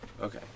Okay